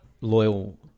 loyal